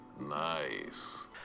nice